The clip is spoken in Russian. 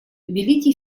великий